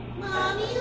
Mommy